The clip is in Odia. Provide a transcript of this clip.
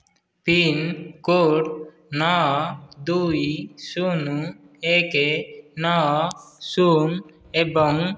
ପିନ୍ କୋଡ଼୍ ନଅ ଦୁଇ ଶୂନ୍ ଏକ ନଅ ଶୂନ୍ ଏବଂ